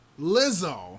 Lizzo